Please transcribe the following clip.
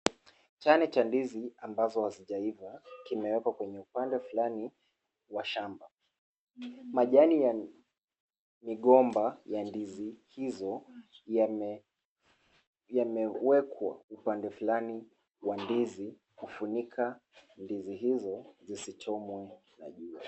Chane cha ndizi ambazo hazijaiva kimewekwa kwenye upande fulani wa shamba. Majani ya migomba ya ndizi hizo yamewekwa upande fulani wa ndizi kufunika ndizi hizo zisichomwe na jua.